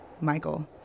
Michael